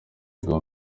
yego